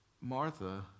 Martha